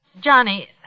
Johnny